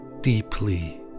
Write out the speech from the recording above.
deeply